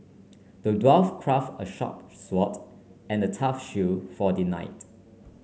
the dwarf craft a sharp sword and a tough shield for the knight